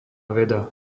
veda